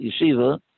yeshiva